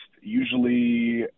usually